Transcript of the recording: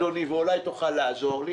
אדוני, אולי תוכל לעזור לי,